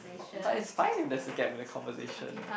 but it's fine if there's a gap in a conversation